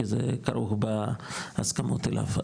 כי זה כרוך בהסכמות אליו.